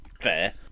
fair